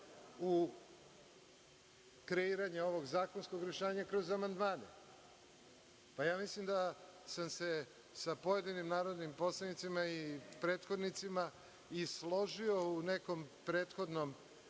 u kreiranje ovog zakonskog rešenja kroz amandmane. Mislim da sam se sa pojedinim narodnim poslanicima i prethodnicima i složio u nekom prethodnom